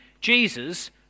Jesus